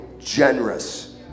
generous